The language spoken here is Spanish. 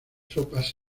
tropas